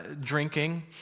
drinking